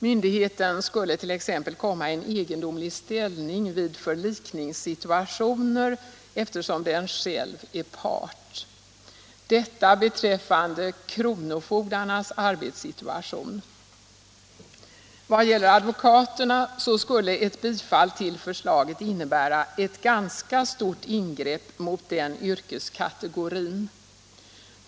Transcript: Myndigheten skulle 1. ex. komma i en egendomlig ställning vid förlikningssituationer, eftersom den själv är part. — Detta beträffande kronofogdarnas arbetssituation. När det gäller advokaterna vill jag säga att ett bifall till förslaget skulle innebära ett ganska stort ingrepp mot den yrkeskategorin.